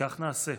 וכך נעשה.